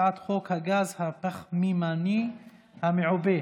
הצעת חוק הגז הפחמימני המעובה,